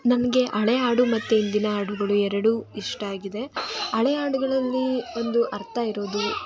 ನನಗೆ ಹಳೆ ಹಾಡು ಮತ್ತು ಇಂದಿನ ಹಾಡುಗಳು ಎರಡೂ ಇಷ್ಟ ಆಗಿದೆ ಹಳೆ ಹಾಡುಗಳಲ್ಲಿ ಒಂದು ಅರ್ಥ ಇರೋದು